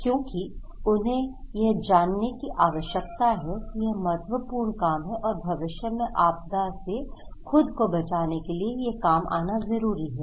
क्योंकि उन्हें यह जानना कि आवश्यक है कि यह महत्वपूर्ण काम है और भविष्य में आपदाओं से खुद को बचाने के लिए यह काम आना जरूरी है